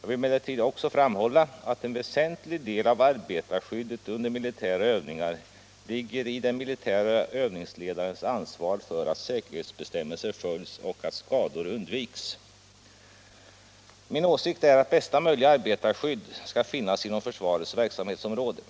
Jag vill emellertid också framhålla att en väsentlig del av arbetarskyddet under militära övningar ligger i den militära övningsledarens ansvar för att säkerhetsbestämmelser följs och att skador undviks. Min åsikt är att bästa möjliga arbetarskydd skall finnas inom försvarets verksamhetsområde.